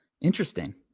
Interesting